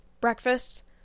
Breakfast